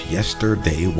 Yesterday